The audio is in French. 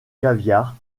caviar